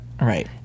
right